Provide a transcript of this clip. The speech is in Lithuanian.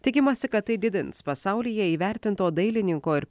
tikimasi kad tai didins pasaulyje įvertinto dailininko ir